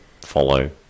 follow